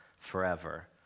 forever